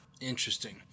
interesting